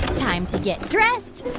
time to get dressed.